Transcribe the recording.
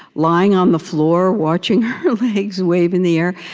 lying on the floor, watching her legs wave in the air